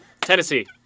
Tennessee